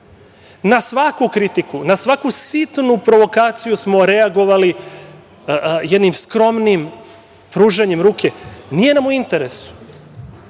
Na svaku kritiku, na svaku sitnu provokaciju smo reagovali jednim skromnim pružanjem ruke. Nije nam u interesu.